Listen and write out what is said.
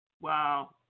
Wow